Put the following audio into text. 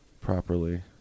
properly